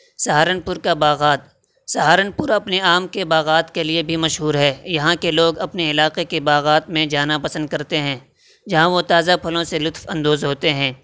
سہارنپور کا باغات سہارنپور اپنے آم کے باغات کے لیے بھی مشہور ہے یہاں کے لوگ اپنے علاقے کے باغات میں جانا پسند کرتے ہیں جہاں وہ تازہ پھلوں سے لطف اندوز ہوتے ہیں